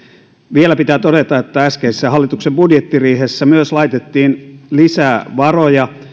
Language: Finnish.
vielä pitää todeta että äskeisessä hallituksen budjettiriihessä laitettiin lisää varoja myös